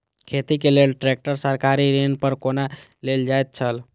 खेती के लेल ट्रेक्टर सरकारी ऋण पर कोना लेल जायत छल?